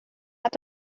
hat